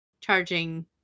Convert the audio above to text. charging